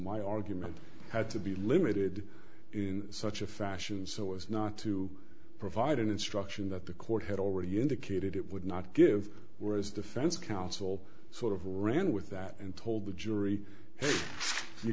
my argument had to be limited in such a fashion so as not to provide an instruction that the court had already indicated it would not give were as defense counsel sort of ran with that and told the jury you